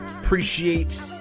Appreciate